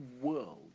world